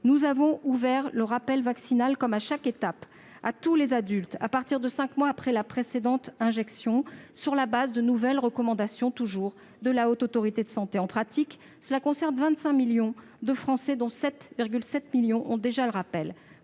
nous avons ouvert le rappel vaccinal à tous les adultes, à partir de cinq mois après la précédente injection, sur la base de nouvelles recommandations de la Haute Autorité de santé. En pratique, cela concerne 25 millions de Français, dont 7,7 millions ont déjà fait leur rappel.